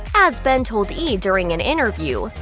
as ben told e! during an interview,